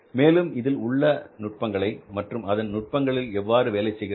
மேலும் இதில் உள்ள நுட்பங்களை மற்றும் அந்த நுட்பங்கள் எவ்வாறு வேலை செய்கிறது